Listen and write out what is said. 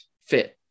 fit